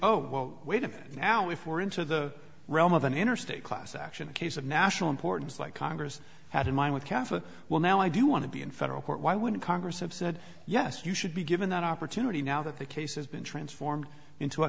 oh well wait a minute now if we're into the realm of an interstate class action a case of national importance like congress had in mind with kaffir well now i do want to be in federal court why wouldn't congress have said yes you should be given that opportunity now that the case has been transformed into a